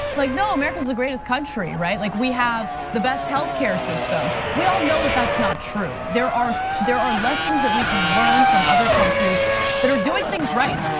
like no, america is the greatest country, right, like we have the best healthcare system. we all know that that's not true. there are there are lessons that we can learn from other countries that are doing things right.